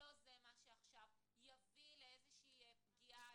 לא זה מה שעכשיו יביא לאיזושהי פגיעה